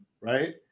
right